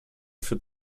für